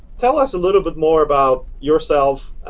tell us a little bit more about yourself,